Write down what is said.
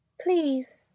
please